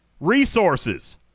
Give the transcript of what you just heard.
resources